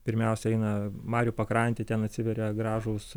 pirmiausia eina marių pakrantėj ten atsiveria gražūs